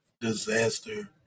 disaster